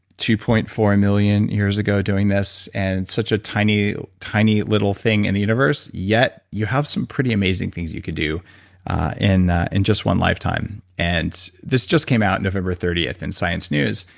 two point four million years ago doing this, and such a tiny, tiny little thing in the universe. yet you have some pretty amazing things you could do in and just one lifetime. and this just came out november thirtieth in science news.